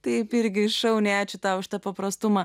taip irgi šauniai ačiū tau už tą paprastumą